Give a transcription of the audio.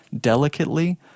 delicately